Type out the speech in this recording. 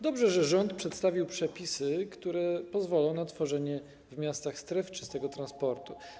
Dobrze, że rząd przedstawił przepisy, które pozwolą na tworzenie w miastach stref czystego transportu.